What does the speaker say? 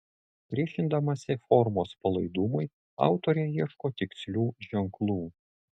priešindamasi formos palaidumui autorė ieško tikslių ženklų